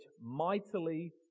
mightily